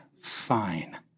fine